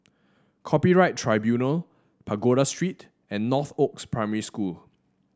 Copyright Tribunal Pagoda Street and Northoaks Primary School